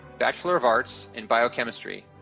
bachelor of arts in biochemistry.